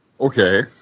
Okay